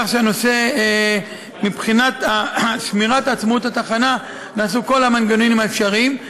כך שמבחינת שמירת עצמאות התחנה נעשו כל המנגנונים האפשריים.